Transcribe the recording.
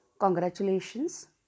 Congratulations